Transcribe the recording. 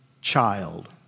child